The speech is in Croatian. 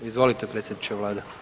Izvolite predsjedniče Vlade.